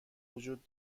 وجود